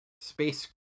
space